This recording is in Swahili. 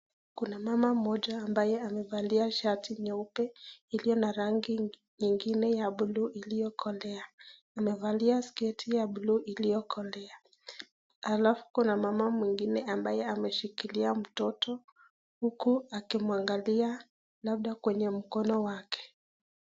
Kuna mama mmoja ambaye amevalia shati nyeupe iliyo na rangi ingine ya buluu iliyokolea, amevalia sketi ya buluu iliyokolea alafu kuna mama mwingine ambaye ameshikilia mmoto huku akimwangalia labda kwenye mkono wake.